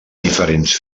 diferents